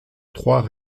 trois